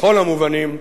בכל המובנים,